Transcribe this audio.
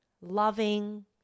loving